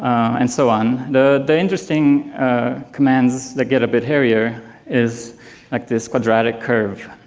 and so on, the the interesting ah commands that get a bit hairier is like this quadratic curve,